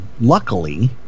luckily